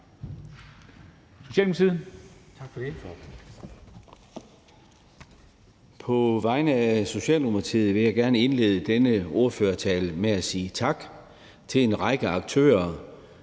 På vegne af Socialdemokratiet vil jeg gerne indlede denne ordførertale med at sige tak til en række aktører,